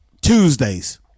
Tuesdays